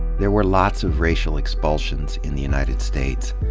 there were lots of racial expulsions in the united states,